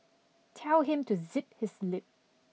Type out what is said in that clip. tell him to zip his lip